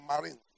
marine